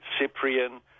Cyprian